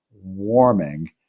warming